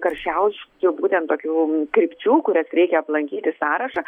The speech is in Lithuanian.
karščiausių būtent tokių krypčių kurias reikia aplankyti sąrašą